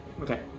Okay